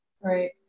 Right